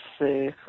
see